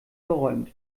geräumt